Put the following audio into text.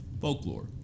folklore